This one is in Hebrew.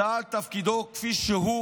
צה"ל, תפקידו כפי שהוא: